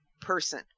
person